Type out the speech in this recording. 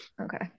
Okay